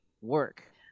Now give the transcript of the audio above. work